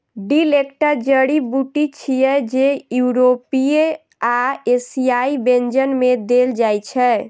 dill एकटा जड़ी बूटी छियै, जे यूरोपीय आ एशियाई व्यंजन मे देल जाइ छै